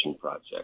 project